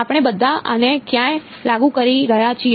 આપણે બધા આને ક્યાં લાગુ કરી રહ્યા છીએ